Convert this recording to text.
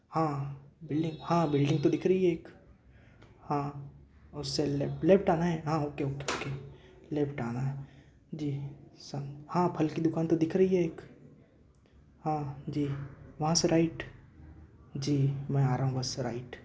हाँ बिल्डिंग हाँ बिल्डिंग तो दिख रही है एक हाँ उससे लेफ्ट आना है हाँ okay okay okay okay left आना है जी सर हाँ फल की दुकान तो दिख रही है एक हाँ जी वहाँ से राइट जी मैं आ रहा हूँ बस राइट